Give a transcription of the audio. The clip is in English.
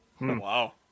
Wow